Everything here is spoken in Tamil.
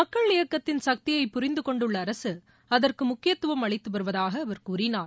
மக்கள் இயக்கத்தின் சக்தியை புரிந்து கொண்டுள்ள அரசு அதற்கு முக்கியத்துவம் அளித்துவருவதாக அவர் கூறினார்